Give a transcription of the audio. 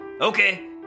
okay